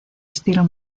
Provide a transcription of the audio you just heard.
estilo